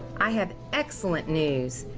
i have excellent news.